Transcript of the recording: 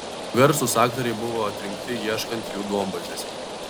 garsūs aktoriai buvo atrinkti ieškant jų duombazėse